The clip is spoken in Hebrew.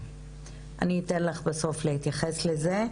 אני אתן לך בסוף להתייחס לזה,